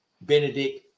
Benedict